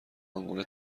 آنگونه